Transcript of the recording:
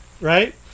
Right